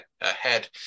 ahead